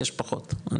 יש פחות.